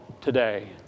today